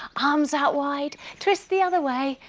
arms out wide, twist the other way.